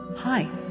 Hi